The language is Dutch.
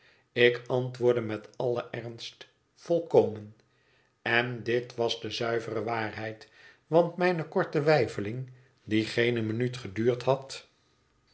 ik antwoordde met allen ernst volkomen en dit was de zuivere waarheid want mijne korte weifeling die